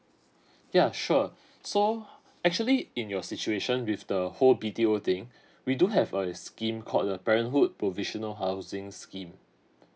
ya sure so actually in your situation with the whole B_T_O thing we do have a scheme called a parenthood provisional housing scheme